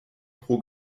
pro